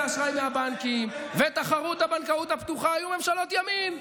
אשראי מהבנקים ותחרות הבנקאות הפתוחה היו ממשלות ימין.